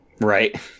Right